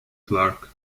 clarke